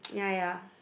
ya